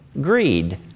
greed